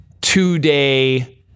two-day